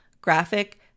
graphic